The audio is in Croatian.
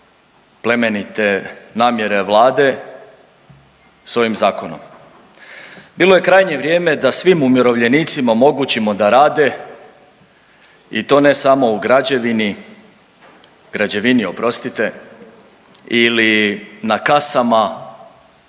plemenite namjere Vlade sa ovim zakonom. Bilo je krajnje vrijeme da svim umirovljenicima omogućimo da rade i to ne samo u građevini, građevini oprostite ili na kasama